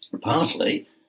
Partly